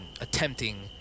attempting